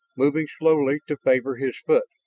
moving slowly to favor his foot.